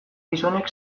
gizonek